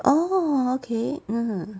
orh okay mm